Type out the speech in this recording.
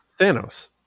Thanos